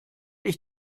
ich